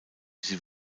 sie